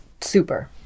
super